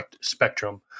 spectrum